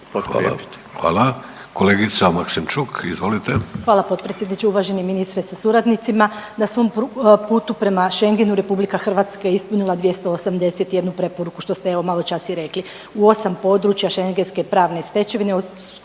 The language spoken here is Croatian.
izvolite. **Maksimčuk, Ljubica (HDZ)** Hvala potpredsjedniče, uvaženi ministre sa suradnicima. Na svom putu prema Schengenu, RH je ispunila 281 preporuku, što ste evo, maločas i rekli, u 8 područja šengenske pravne stečevine